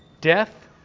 death